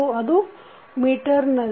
ಅದು ಮೀಟರ್ ನಲ್ಲಿ